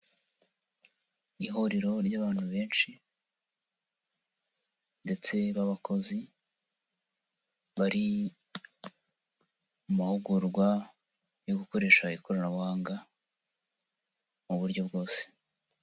Ihuriro ry'abantu benshi ndetse n'abakozi bari mu mahugurwa yo gukoresha ikoranabuhanga mu buryo bwose.